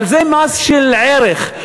אבל זה מס של ערך.